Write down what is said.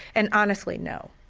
and honestly no.